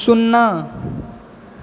सुन्ना